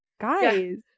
guys